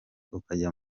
ukajya